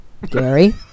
Gary